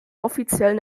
offiziellen